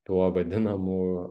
tuo vadinamu